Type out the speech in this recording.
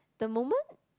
the moment